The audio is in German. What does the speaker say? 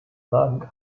rang